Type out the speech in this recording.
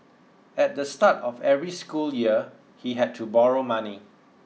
at the start of every school year he had to borrow money